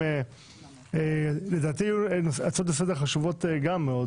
היו הצעות לסדר חשובות מאוד.